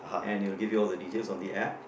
and it will give you all the details on the App